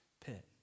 pit